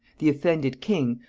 the offended king,